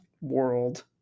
world